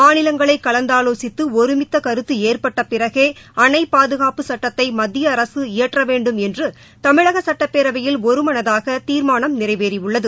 மாநிலங்களை கலந்தாவோசித்து ஒருமித்த கருத்து ஏற்பட்ட பிறகே அணை பாதுகாப்பு சுட்டத்தை மத்திய அரசு இயற்ற வேண்டும் என்று தமிழக சுட்டப்பேரவையில் ஒருமனதாக தீர்மானம் நிறைவேறியுள்ளது